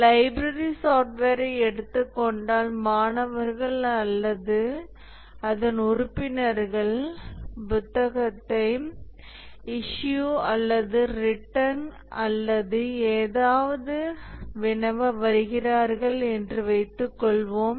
library சாஃப்ட்வேரை எடுத்து கொண்டால் மாணவர்கள் அல்லது அதன் உறுப்பினர்கள் புத்தகத்தை இஷ்யூ அல்லது ரிட்டர்ன் அல்லது ஏதாவது வினவ வருகிறார்கள் என்று வைத்துக் கொள்வோம்